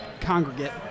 congregate